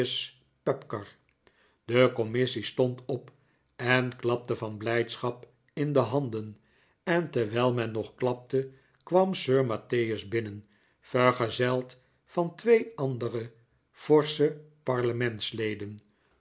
de commissie stond op en klapte van blijdschap in de handen en terwijl men nog klapte kwam sir mattheus binnen vergezeld van twee andere forsche parlementsleden